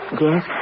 Yes